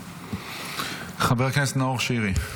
חבר הכנסת נאור שירי.